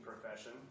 profession